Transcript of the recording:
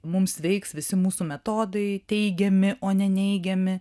mums veiks visi mūsų metodai teigiami o ne neigiami